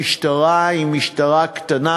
המשטרה היא משטרה קטנה,